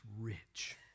rich